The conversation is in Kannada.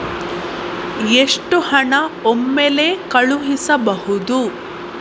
ಎಷ್ಟು ಹಣ ಒಮ್ಮೆಲೇ ಕಳುಹಿಸಬಹುದು?